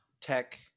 Tech